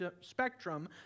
spectrum